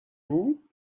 vous